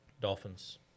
Dolphins